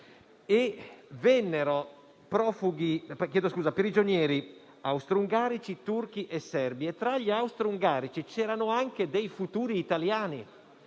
Vennero prigionieri austroungarici, turchi e serbi; tra gli austroungarici c'erano anche dei futuri italiani,